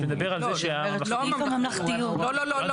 מירי פרנקל לא.